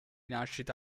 nascita